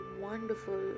wonderful